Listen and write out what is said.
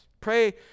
Pray